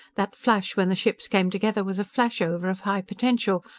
that flash when the ships came together was a flash-over of high potential.